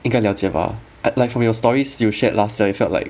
应该了解吧 like like from your stories you shared last time it felt like